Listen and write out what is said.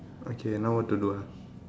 okay now what to do ah